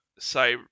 say